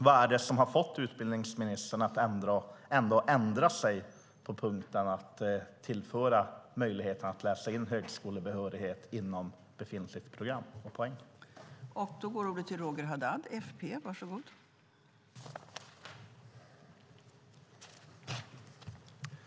Vad är det som har fått utbildningsministern att ändå ändra sig på punkten att tillföra möjligheten att läsa in högskolebehörighet inom befintligt program och befintliga poäng?